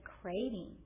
craving